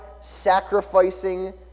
sacrificing